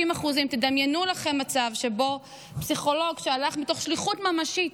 50%. תדמיינו לכם מצב שבו פסיכולוג שהלך מתוך שליחות ממשית,